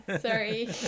sorry